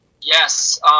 Yes